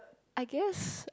I guess